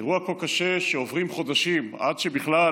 אירוע כה קשה, ועוברים חודשים עד שבכלל